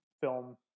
film